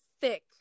thick